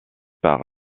par